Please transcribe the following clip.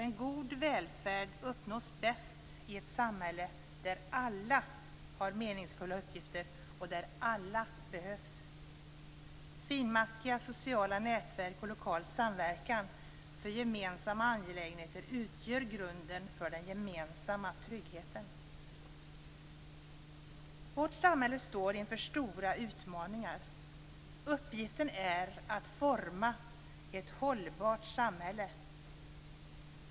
En god välfärd uppnås bäst i ett samhälle där alla har meningsfulla uppgifter och där alla behövs. Finmaskiga sociala nätverk och lokal samverkan för gemensamma angelägenheter utgör grunden för den gemensamma tryggheten. Vårt samhälle står inför stora utmaningar. Uppgiften är att forma ett hållbart samhälle.